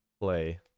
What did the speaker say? play